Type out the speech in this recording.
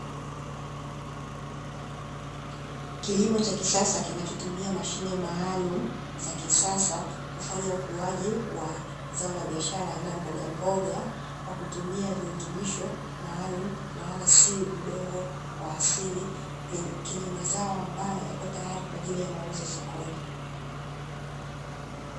Kilimo cha kisasa kinachotumia mashine maalumu za kisasa kufanya ukuaji wa zao la biashara aina mbogamboga kwa kutumia virutubisho maalumu, na wala si udongo wa asili kwenye mazao ambayo yako tayari kwa ajili ya mauzo sokoni.